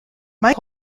mike